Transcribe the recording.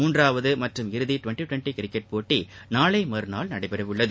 மூன்றாவது மற்றும் இறுதி டுவெண்டி கிரிக்கெட் போட்டி நாளை மறுநாள் நடைபெறவுள்ளது